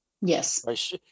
yes